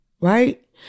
right